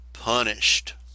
punished